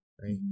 right